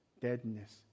deadness